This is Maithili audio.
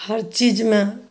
हर चीजमे